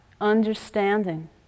understanding